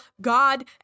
God